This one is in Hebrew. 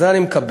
את זה אני מקבל.